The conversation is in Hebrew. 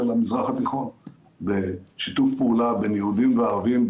המזרח התיכון בשיתוף פעולה בין יהודים וערבים,